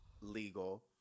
legal